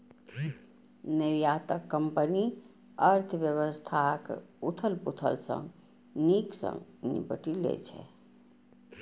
निर्यातक कंपनी अर्थव्यवस्थाक उथल पुथल सं नीक सं निपटि लै छै